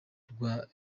rwa